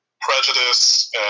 prejudice